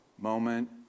moment